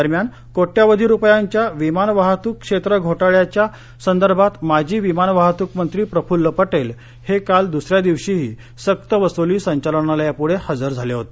दरम्यान कोट्यवधी रुपयांच्या विमानवाहतूक क्षेत्र घोटाळ्याच्या संदर्भात माजी विमान वाहतूक मंत्री प्रफुल्ल पटेल हे काल द्सऱ्या दिवशीही सक्तवसुली संचालनालायापुढे हजर झाले होते